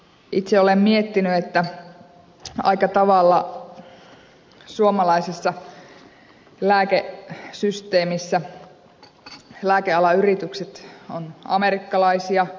itse olen miettinyt että aika tavalla suomalaisessa lääkesysteemissä lääkealan yritykset ovat amerikkalaisia